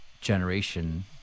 generation